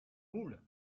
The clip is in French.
moule